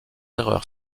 erreurs